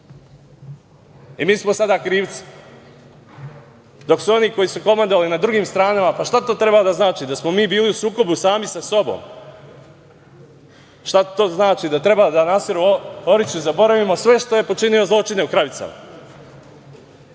smo sada krivci, dok su oni koji su komandovali na drugim stranama, pa šta to treba da znači? Da smo mi bili u sukobu sami sa sobom. Šta to znači? Da li treba Naseru Orliću da zaboravimo sve što je počinio zločince u Kravicama?